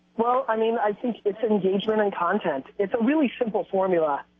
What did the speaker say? well, i mean, i think it's an engagement and content. it's a really simple formula